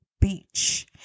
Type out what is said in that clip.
Beach